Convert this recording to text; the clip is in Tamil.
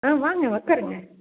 ஆ வாங்க உட்காருங்க